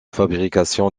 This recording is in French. fabrication